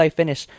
finish